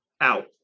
Out